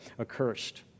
accursed